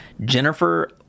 Jennifer